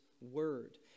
word